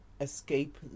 Escape